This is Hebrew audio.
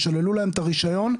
ושללו להם את הרישיון,